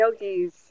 yogis